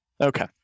Okay